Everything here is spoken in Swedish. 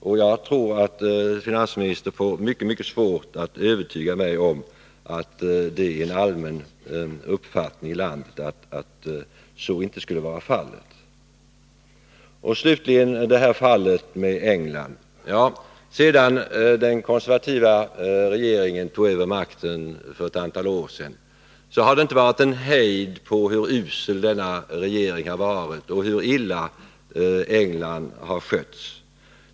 Det lär bli svårt för finansministern att övertyga mig om att det är en allmän uppfattning i landet att så inte skulle vara fallet. Slutligen några ord om förhållandena i England på detta område. Ja, sedan den konservativa regeringen där tog över makten för ett antal år sedan har det inte varit någon hejd på uttalanden om hur usel denna regering har varit och hur illa England har skötts.